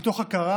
מתוך הכרה